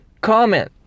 comment